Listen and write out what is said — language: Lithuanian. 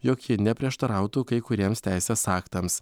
jog ji neprieštarautų kai kuriems teisės aktams